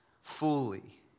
fully